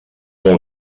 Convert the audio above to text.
vol